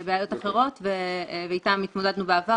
אלה בעיות אחרות ואיתן התמודדנו בעבר